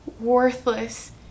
worthless